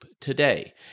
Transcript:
today